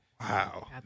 Wow